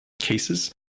cases